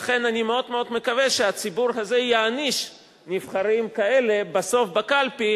לכן אני מאוד מקווה שהציבור הזה בסוף יעניש נבחרים כאלה בקלפי,